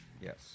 yes